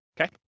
Okay